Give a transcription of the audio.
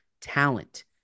talent